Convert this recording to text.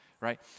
right